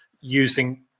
using